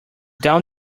down